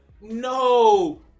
No